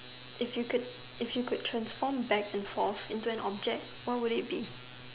if you could if you could transfer back and fore into an object what would it be